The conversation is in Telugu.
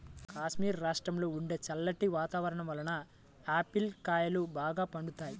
కాశ్మీరు రాష్ట్రంలో ఉండే చల్లటి వాతావరణం వలన ఆపిల్ కాయలు బాగా పండుతాయి